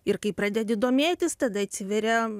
ir kai pradedi domėtis tada atsiveria